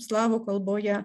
slavų kalboje